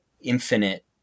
infinite